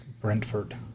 Brentford